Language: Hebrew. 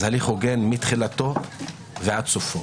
אז הליך הוגן מתחילתו עד סופו.